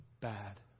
bad